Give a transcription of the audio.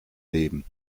leben